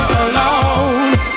alone